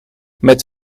met